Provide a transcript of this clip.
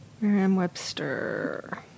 Merriam-Webster